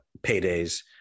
paydays